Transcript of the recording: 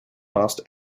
last